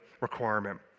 requirement